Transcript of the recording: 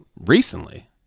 Recently